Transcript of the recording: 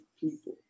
people